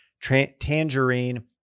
tangerine